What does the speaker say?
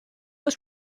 was